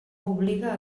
obliga